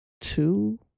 two